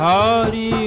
Hari